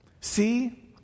See